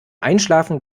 einschlafen